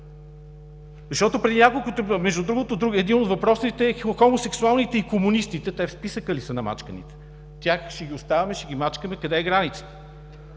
ако тръгнем оттук? Между другото един от въпросите е хомосексуалните и комунистите, те в списъка ли са на мачканите? Тях ще ги оставяме, ще ги мачкаме – къде е границата?